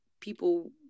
people